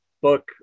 book